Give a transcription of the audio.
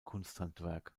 kunsthandwerk